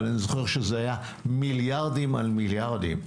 זוכר שזה היה מיליארדים על מיליארדים.